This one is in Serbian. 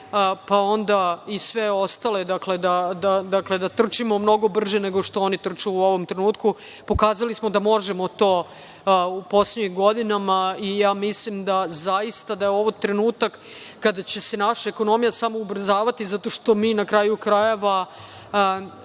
pa onda i sve ostale. Dakle, da trčimo mnogo brže nego što oni trče u ovom trenutku. Pokazali smo da možemo to u poslednjim godinama i ja mislim da je zaista ovo trenutak kada će se naša ekonomija samo ubrzavati zato što mi na kraju krajeva